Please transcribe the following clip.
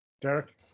Derek